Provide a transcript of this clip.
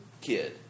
kid